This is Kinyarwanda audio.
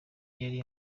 yari